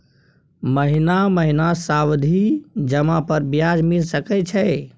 महीना महीना सावधि जमा पर ब्याज मिल सके छै?